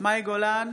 מאי גולן,